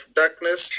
darkness